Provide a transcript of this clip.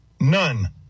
None